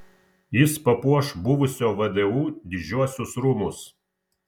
jis papuoš buvusio vdu didžiuosius rūmus